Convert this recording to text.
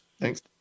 Thanks